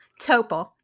Topol